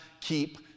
keep